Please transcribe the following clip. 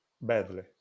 badly